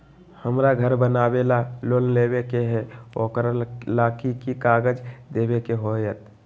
हमरा घर बनाबे ला लोन लेबे के है, ओकरा ला कि कि काग़ज देबे के होयत?